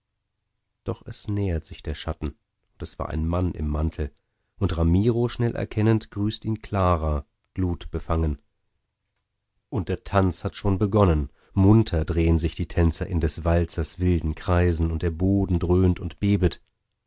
doch es nähert sich der schatten und es war ein mann im mantel und ramiro schnell erkennend grüßt ihn clara glutbefangen und der tanz hat schon begonnen munter drehen sich die tänzer in des walzers wilden kreisen und der boden dröhnt und bebet